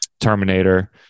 terminator